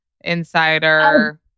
insider